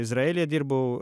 izraelyje dirbau